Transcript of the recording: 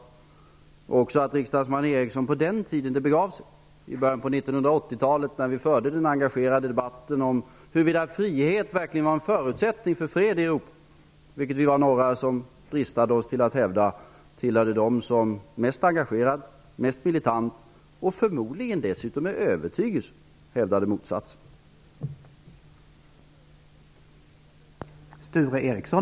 Man kan inte heller förneka att riksdagsman Ericson på den tiden det begav sig, på 1980-talet när vi förde den engagerade debatten om huvudvida frihet verkligen var en förutsättning för fred i Europa -- vi var några som dristade oss att hävda det -- tillhörde dem som mest engagerat, mest militant och förmodligen dessutom med övertygelse hävdade motsatsen.